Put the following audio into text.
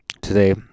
today